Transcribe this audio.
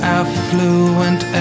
affluent